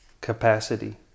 capacity